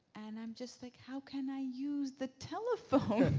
and i'm just like how can i use the telephone?